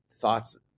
thoughts